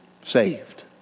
saved